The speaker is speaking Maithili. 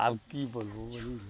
आब कि बोलबौ वही भी